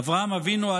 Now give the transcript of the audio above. אברהם אבינו,